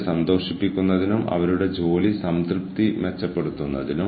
നിങ്ങൾക്ക് എന്താണ് വേണ്ടതെന്നും ഇപ്പോൾ അത് നേടേണ്ടതിന്റെ ആവശ്യകതയും നിങ്ങൾ കണ്ടെത്തേണ്ടതുണ്ട്